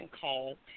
call